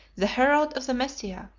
the herald of the messiah,